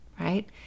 right